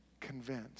convinced